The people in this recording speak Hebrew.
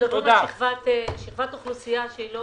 הישיבה נעולה.